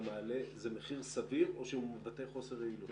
מעלה זה מחיר סביר או שהוא מבטא חוסר יעילות?